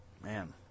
Man